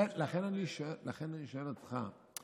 לכן אני שואל אותך.